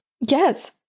Yes